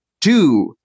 two